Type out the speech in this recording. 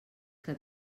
que